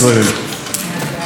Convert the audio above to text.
וחשבתי לעצמי,